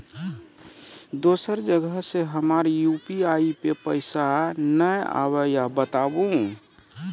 दोसर जगह से हमर यु.पी.आई पे पैसा नैय आबे या बताबू?